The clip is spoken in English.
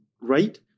right